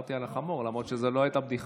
דיברתי על החמור, למרות שזו לא הייתה בדיחה.